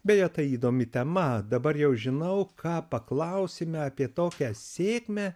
beje tai įdomi tema dabar jau žinau ką paklausime apie tokią sėkmę